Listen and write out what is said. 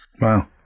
Wow